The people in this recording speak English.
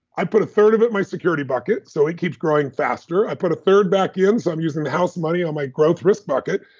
i'd put a third of it in my security bucket, so it keeps growing faster i'd put a third back in, so i'm using the house money on my growth risk bucket,